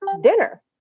dinner